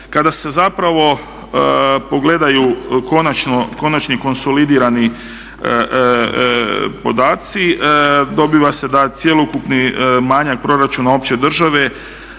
Kada se zapravo pogledaju konačni konsolidirani podaci dobiva se da cjelokupni manjak proračuna opće države